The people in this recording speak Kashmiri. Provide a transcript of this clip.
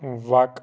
وَق